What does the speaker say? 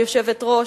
כיושבת-ראש,